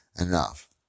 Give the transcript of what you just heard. enough